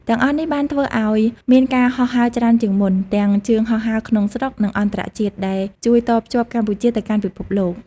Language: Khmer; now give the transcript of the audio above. ទាំងអស់នេះបានធ្វើឲ្យ មានការហោះហើរច្រើនជាងមុន ទាំងជើងហោះហើរក្នុងស្រុកនិងអន្តរជាតិដែលជួយតភ្ជាប់កម្ពុជាទៅកាន់ពិភពលោក។